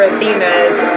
Athena's